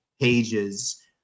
pages